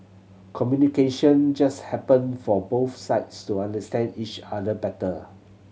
communication just happen for both sides to understand each other better